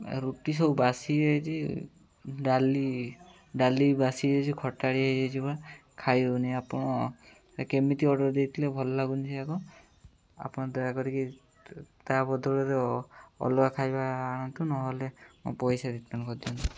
ରୁଟି ସବୁ ବାସିଯାଇଛି ଡାଲି ଡାଲି ବାସି ହେଇଯାଇଛି ଖଟାଡ଼ି ହେଇଯାଇଛି ବା ଖାଇଉନି ଆପଣ କେମିତି ଅର୍ଡ଼ର ଦେଇଥିଲେ ଭଲ ଲାଗୁନି ସେଗୁଡ଼ାକ ଆପଣ ଦୟାକରି ତା' ବଦଳରେ ଅଲଗା ଖାଇବା ଆଣନ୍ତୁ ନହେଲେ ମୋ ପଇସା ରିଟର୍ଣ୍ଣ କରିଦିଅନ୍ତୁ